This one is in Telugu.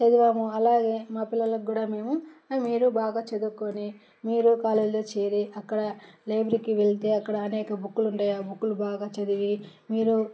చదివామో అలాగే మా పిల్లలకు కూడా మేము మీరు బాగా చదువుకొని మీరు కాలేజ్లో చేరి అక్కడ లైబ్రరీకి వెళ్తే అక్కడ అనేక బుక్కులు ఉంటాయి ఆ బుక్కులు బాగా చదివి మీరు